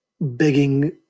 begging